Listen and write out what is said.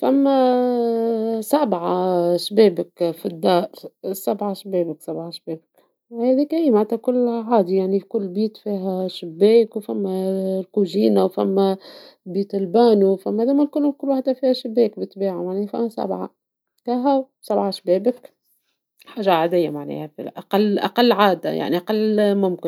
فما سبعة شبابك في الدار، سبعة شبابك سبعة شبابك ، هذيكا هي معناتها كل بيت فيها شباك ، وفما كوزينة ، وفما بيت البانو كل واحدة فيها شباك بالطبيعة ، معناها فما سبعة سبعة شبابك ، حاجة عادي معناها أقل عادة أقل ممكن.